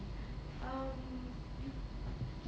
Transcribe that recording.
um